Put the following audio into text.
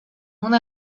una